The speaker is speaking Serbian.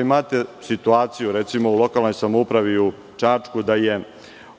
imate situaciju u lokalnoj samoupravi u Čačku da je